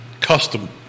Custom